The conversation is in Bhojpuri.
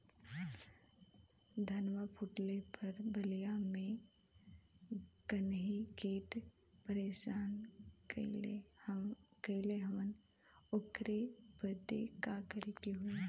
धनवा फूटले पर बलिया में गान्ही कीट परेशान कइले हवन ओकरे बदे का करे होई?